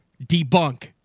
debunk